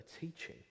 teaching